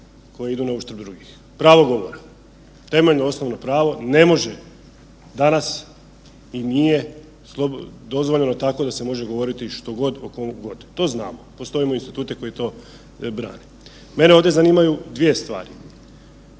koja idu na uštrb drugih, pravo govora, temeljno osnovno pravo. Ne može danas i nije dozvoljeno tako da se može govoriti što god o komu god, to znamo, postoje instituti koji to brane. Mene ovdje zanimaju dvije stvari,